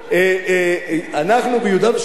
אנחנו ביהודה ושומרון,